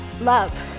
love